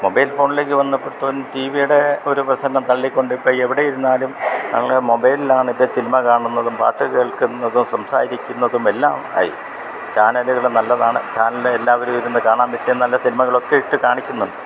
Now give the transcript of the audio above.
mobile ഫോണിലേക്ക് വന്നപ്പത്തും ടിവിയുടെ ഒരു പ്രശ്നം തല്ലിക്കൊണ്ടിപ്പം എവിടെ ഇരുന്നാലും ഞങ്ങള് മൊബൈലിലാണിപ്പം സിനിമ കാണുന്നതും പാട്ട് കേൾക്കുന്നതും സംസാരിക്കുന്നതുമെല്ലാം ആയി ചാനലുകള് നല്ലതാണ് ചാനല് എല്ലാവരും ഇരുന്ന് കാണാൻ പറ്റുന്ന നല്ല സിനിമകളൊക്കെ ഇട്ട് കാണിക്കുന്നുണ്ട്